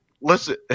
Listen